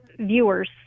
Viewers